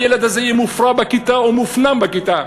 הילד הזה יהיה מופרע בכיתה או מופנם בכיתה,